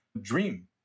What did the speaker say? dream